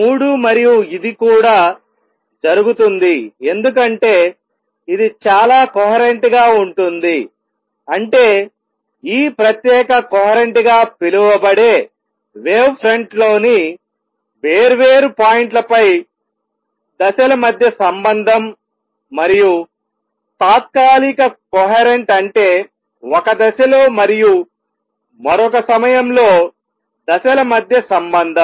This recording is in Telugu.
మూడు మరియు ఇది కూడా జరుగుతుంది ఎందుకంటే ఇది చాలా కొహరెంట్ గా ఉంటుందిఅంటే ఈ ప్రత్యేక కొహరెంట్ గా పిలువబడే వేవ్ ఫ్రంట్లోని వేర్వేరు పాయింట్లపై దశల మధ్య సంబంధం మరియు తాత్కాలిక కొహరెంట్ అంటే ఒక దశలో మరియు మరొక సమయంలో దశల మధ్య సంబంధం